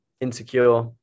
insecure